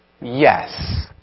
Yes